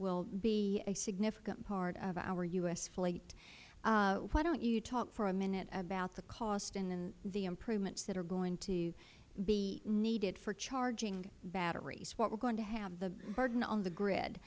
will be a significant part of our u s fleet why don't you talk for a minute about the costs and then the improvements that are going to be needed for charging batteries what we are going have the burden on the grid